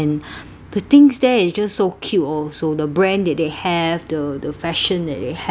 the things there is just so cute also the brand that they have to the fashion that they have